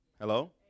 Hello